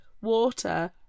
water